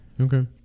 Okay